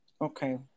Okay